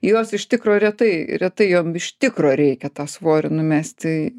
jos iš tikro retai retai jom iš tikro reikia tą svorį numesti